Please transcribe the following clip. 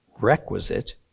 requisite